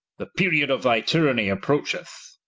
the period of thy tyranny approacheth,